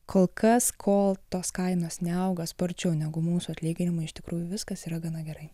kol kas kol tos kainos neauga sparčiau negu mūsų atlyginimai iš tikrųjų viskas yra gana gerai